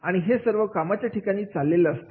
आणि हे सर्व कामाचे ठिकाणी चाललेलं असतं